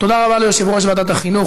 תודה רבה ליושב-ראש ועדת החינוך,